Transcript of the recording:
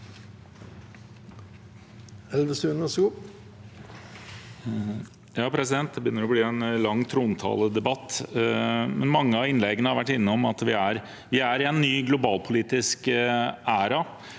(V) Det begynner å bli en lang trontaledebatt. Mange av innleggene har vært innom at vi er i en ny globalpolitisk æra,